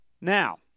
Now